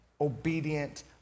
obedient